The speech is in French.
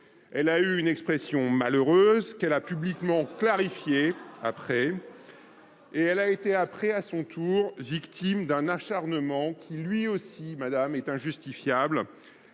Elle a eu une expression malheureuse qu'elle a publiquement clarifiée après et elle a été après, à son tour, victime d'un acharnement qui lui aussi, madame, est injustifiable.